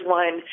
one